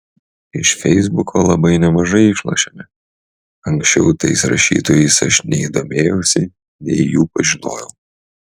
iš feisbuko labai nemažai išlošėme anksčiau tais rašytojais aš nei domėjausi nei jų pažinojau